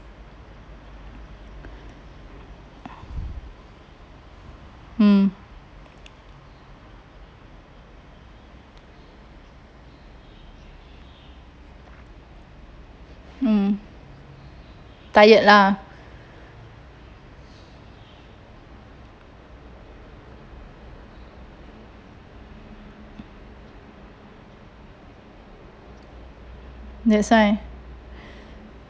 mm mm tired lah that's why